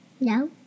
No